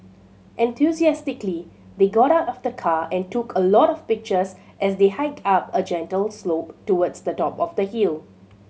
enthusiastically they got out of the car and took a lot of pictures as they hiked up a gentle slope towards the top of the hill